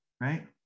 right